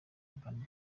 urban